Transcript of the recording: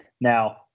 Now